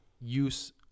use